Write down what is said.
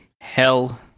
Hell